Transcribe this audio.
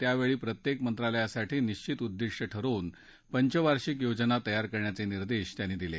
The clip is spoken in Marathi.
त्यावेळी प्रत्येक मंत्रालयासाठी निश्वित उद्दिष्ट ठरवून पंचवार्षिक योजना तयार करण्याचे निर्देश त्यांना दिले